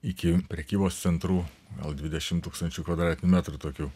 iki prekybos centrų gal dvidešimt tūkstančių kvadratinių metrų tokių